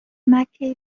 مککی